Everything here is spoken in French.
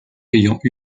ayant